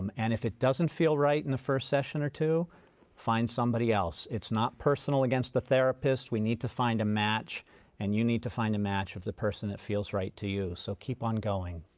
and and if it doesn't feel right in the first session or two find somebody else. it's not personal against the therapist. we need to find a match and you need to find a match of the person that feels right to you so keep on going.